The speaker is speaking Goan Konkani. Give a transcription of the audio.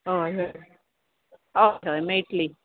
अय हय अय हय मेयट्लीं